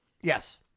Yes